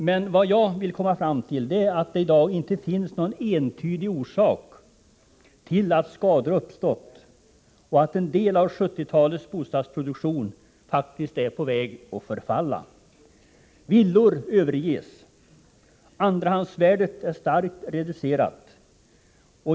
Men vad jag vill komma fram till är att man i dag inte kan visa på någon entydig orsak till att skador har uppstått och att en del av 1970-talets bostadsproduktion faktiskt är på väg att förfalla. Villor överges och deras andrahandsvärde är starkt reducerat.